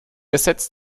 ersetzt